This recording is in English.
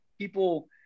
people